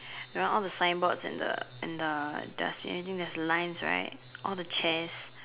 around all the signboard and the and the the see anything that's lines right all the chairs